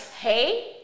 hey